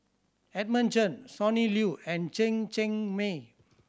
Edmund Chen Sonny Liew and Chen Cheng Mei